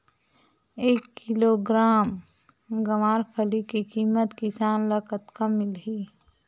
एक किलोग्राम गवारफली के किमत किसान ल कतका मिलही?